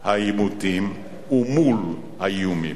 העימותים ומול האיומים.